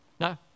No